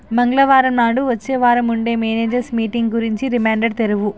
మంగళవారం నాడు వచ్చే వారం ఉండే మేనేజర్స్ మీటింగ్ గురించి రిమైండర్ తెరువు